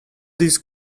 these